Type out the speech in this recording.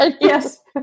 yes